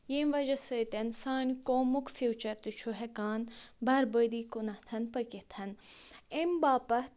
ییٚمہِ وجہٕ سۭتۍ سانہِ قومُک فیوٗچَر تہِ چھُ ہٮ۪کان بربٲدی کُنَتھن پٔکِتھَن أمۍ باپتھ